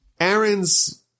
Aaron's